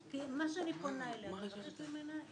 כי מה שאני פונה אליה ומבקשת ממנה,